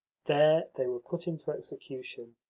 there they were put into execution.